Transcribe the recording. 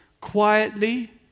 quietly